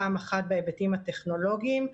פעם אחת בהיבטים הטכנולוגיים,